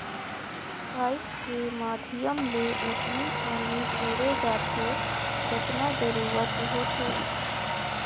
pipe के माधियम ले ओतनी पानी टेंड़े जाथे जतना जरूरत होथे